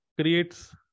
creates